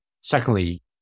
Secondly